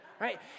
right